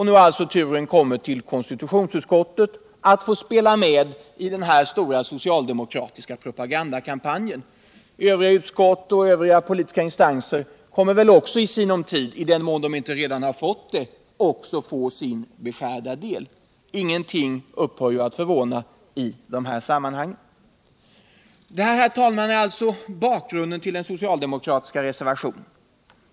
Nu haralltså turen kommit till konstitutionsutskottet att få spela med i denna stora socialdemokratiska propagandakampanj. Övriga utskott och politiska instanser kommer väl också i sinom tid, i den mån det inte redan har skett, att få sin beskärda del. Ingenting kan ju längre förvåna i detta sammanhang. Detta är alltså, herr talman, bakgrunden till den socialdemokratiska reservationen.